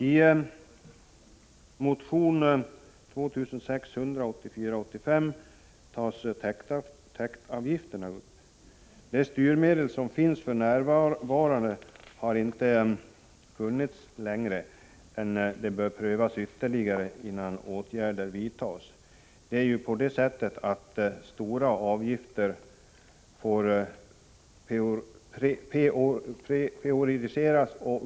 I motion 1984/85:2600 tas täktavgifterna upp. De styrmedel som finns för närvarande har inte funnits längre än att de bör prövas ytterligare innan åtgärder vidtas. Det är ju på det sättet att stora avgifter år periodiseras.